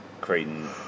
Creighton